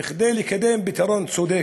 כדי לקדם פתרון צודק,